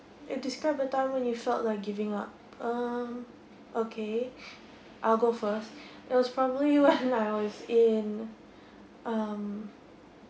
and describe a time when you felt like giving up um okay I'll go first it was probably when I was in um